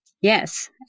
Yes